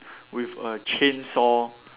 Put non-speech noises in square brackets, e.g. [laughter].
[breath] with a chainsaw